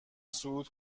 صعود